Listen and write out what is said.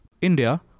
India